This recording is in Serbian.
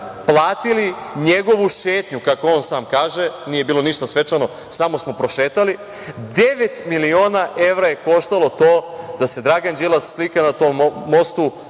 platili njegovu šetnju, kako on sam kaže, nije bilo ništa svečano, samo smo prošetali. Devet miliona evra je koštalo to da se Dragan Đilas slika na tom mostu,